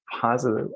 Positive